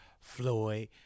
Floyd